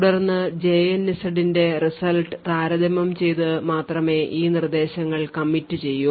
തുടർന്ന് jnz ന്റെ result താരതമ്യം ചെയ്ത് മാത്രമേ ഈ നിർദ്ദേശങ്ങൾ commit ചെയ്യൂ